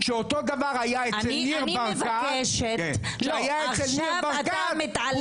כשאותו דבר היה אצל ניר ברקת, כולם שתקו.